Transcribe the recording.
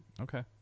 Okay